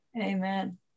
Amen